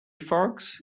frogs